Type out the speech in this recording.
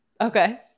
Okay